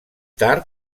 tard